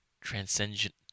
transcendent